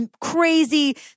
crazy